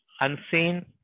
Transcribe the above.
unseen